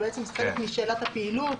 בעצם חלק משאלת הפעילות.